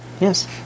Yes